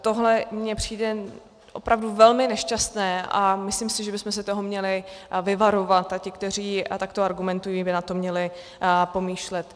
Tohle mně přijde opravdu velmi nešťastné a myslím si, že bychom se toho měli vyvarovat a ti, kteří takto argumentují, by na to měli pomýšlet.